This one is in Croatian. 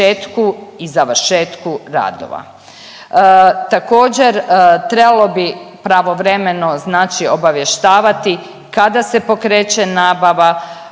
i završetku radova. Također trebalo bi pravovremeno obavještavati kada se pokreće nabava,